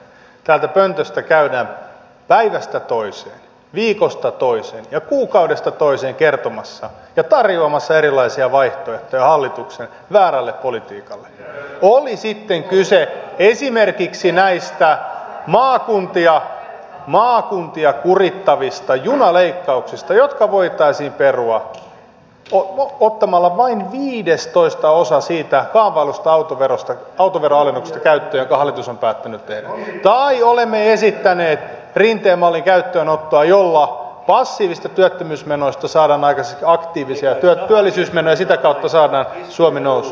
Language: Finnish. täältä pöntöstä käydään päivästä toiseen viikosta toiseen ja kuukaudesta toiseen kertomassa ja tarjoamassa erilaisia vaihtoehtoja hallituksen väärälle politiikalle oli sitten kyse esimerkiksi näistä maakuntia kurittavista junaleikkauksista jotka voitaisiin perua ottamalla käyttöön vain viidestoistaosa siitä kaavaillusta autoveron alennuksesta jonka hallitus on päättänyt tehdä tai siitä että olemme esittäneet rinteen mallin käyttöönottoa jolla passiivisista työttömyysmenoista saadaan aikaiseksi aktiivisia työllisyysmenoja ja sitä kautta saadaan suomi nousuun